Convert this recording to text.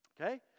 Okay